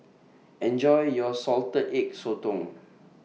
Enjoy your Salted Egg Sotong